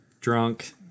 drunk